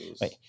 Wait